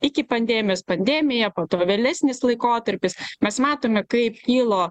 iki pandemijos pandemija po to vėlesnis laikotarpis mes matome kaip kilo